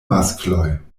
maskloj